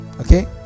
Okay